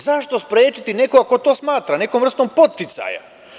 Zašto sprečiti nekoga ko to smatra, nekom vrstom podsticaja.